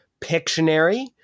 pictionary